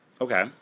Okay